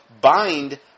bind